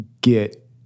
get